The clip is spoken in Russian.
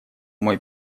мой